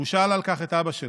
הוא שאל על כך את אבא שלו,